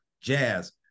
Jazz